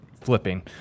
flipping